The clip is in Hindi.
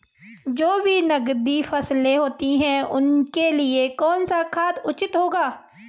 जो भी नकदी फसलें होती हैं उनके लिए कौन सा खाद उचित होगा?